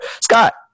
Scott